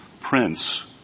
Prince